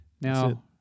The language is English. Now